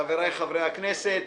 חבריי חברי הכנסת.